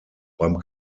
beim